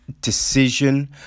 Decision